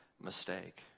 mistake